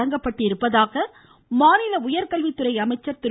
தொடங்கப்பட்டிருப்பதாக மாநில உயர்கல்வித்துறை அமைச்சர் திரு